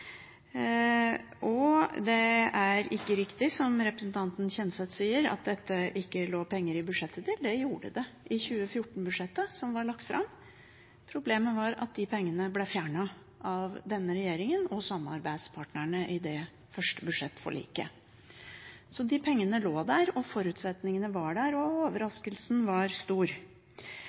det. Det er ikke riktig, som representanten Kjenseth sier, at det ikke lå penger i budsjettet til dette. Det gjorde det i 2014-budsjettet som var lagt fram. Problemet var at de pengene ble fjernet av denne regjeringen og samarbeidspartnerne i det første budsjettforliket. Så de pengene lå der, forutsetningene var der, og overraskelsen var stor.